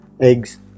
eggs